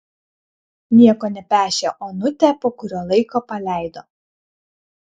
nieko nepešę onutę po kurio laiko paleido